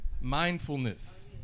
Mindfulness